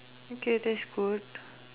okay that's good